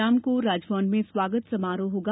शाम को राजभवन में स्वागत समारोह होगा